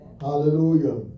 Hallelujah